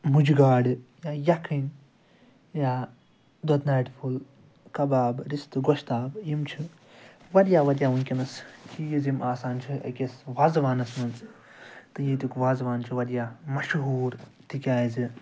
مُجہٕ گاڈٕ یا یَکھٕنۍ یا دۄدٕ ناٹہِ پھوٚل کباب رِستہٕ گۄشتاب یِم چھِ واریاہ واریاہ وٕنۍکٮ۪نَس چیٖز یِم آسان چھِ أکِس وازوانَس مَنٛز تہٕ ییٚتیُک وازوان چھِ واریاہ مشہور تِکیٛازِ